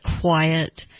quiet